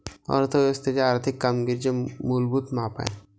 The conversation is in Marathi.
अर्थ व्यवस्थेच्या आर्थिक कामगिरीचे मूलभूत माप आहे